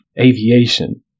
aviation